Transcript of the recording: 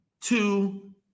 two